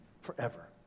forever